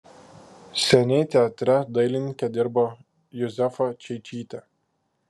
seniai teatre dailininke dirbo juzefa čeičytė